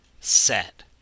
set